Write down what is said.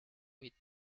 with